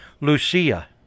Lucia